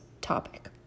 topic